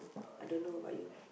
I don't know about you